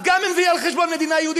אז גם אם זה יהיה על חשבון מדינה יהודית,